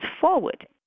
forward